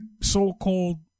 so-called